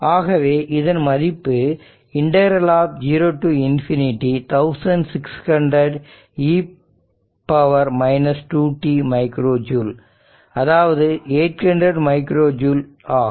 ஆகவே இதன் மதிப்பு o to ∞∫ 1600 e 2t micro joule அதாவது 800 மைக்ரோ ஜூல் ஆகும்